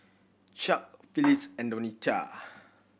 Chuck Phillis and Donita